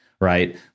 right